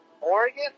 Oregon